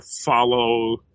follow